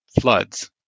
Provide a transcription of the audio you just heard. floods